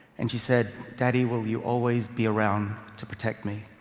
and she said, daddy, will you always be around to protect me?